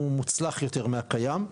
הוא מוצלח יותר מהקיים.